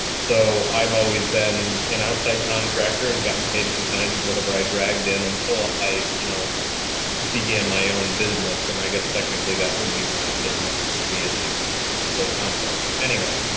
so i've always been an outside contractor and gotten paid a percentage of whatever i dragged in until i you know began my own business. and i guess technically that would be my own business as me as just the sole contractor, anyway.